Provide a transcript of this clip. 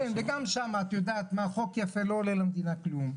כן וגם שם את יודעת חוק יפה לא עולה למדינה כלום,